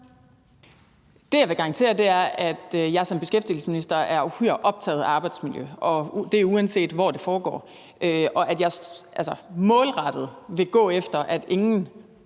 Det, jeg vil garantere, er, at jeg som beskæftigelsesminister er uhyre optaget af arbejdsmiljø, uanset hvor det foregår, og at jeg målrettet vil gå efter, at ingen